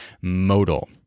modal